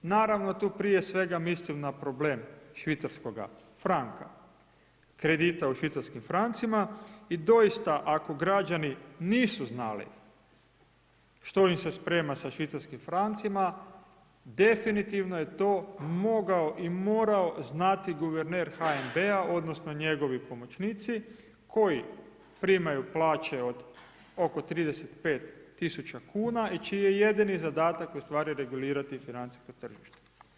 Naravno, tu prije svega mislim na problem švicarskoga franka, kredita u švicarskim francima i doista, ako građani nisu znali što im se sprema sa švicarskim francima, definitivno je to mogao i morao znati guverner HNB-a odnosno njegovi pomoćnici koji primaju plaće od oko 35.000,00 kn i čiji je jedini zadatak u stvari regulirati financijsko tržište.